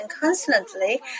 constantly